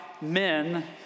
men